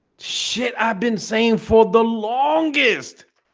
shit i've been saying for the longest